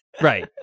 right